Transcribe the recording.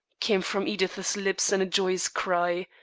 came from edith's lips in a joyous cry,